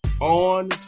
on